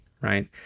Right